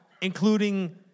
including